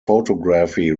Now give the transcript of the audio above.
photography